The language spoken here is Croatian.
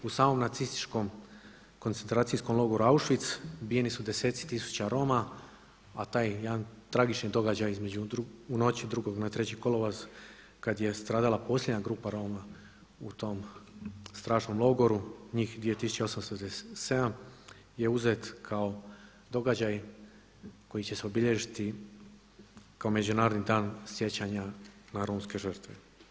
U samom nacističkom Koncentracijskom logoru Auschwitz ubijeni su deseci tisuća Roma, a taj jedan tragični događaj u noći 2. na 3. kolovoz kada je stradala posljednja grupa Roma u tom strašnom logoru njih 2897 je uzet kao događaj koji će se obilježiti kao Međunarodni dan sjećanja na romske žrtve.